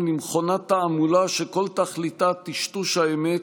למכונת תעמולה שכל תכליתה טשטוש האמת,